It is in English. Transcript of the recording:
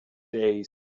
days